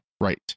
right